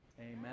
Amen